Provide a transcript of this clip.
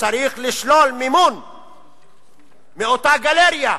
צריך לשלול מימון מאותה גלריה,